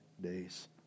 days